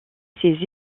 ses